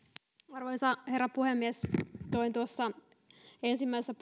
arvoisa herra puhemies toin tuossa ensimmäisessä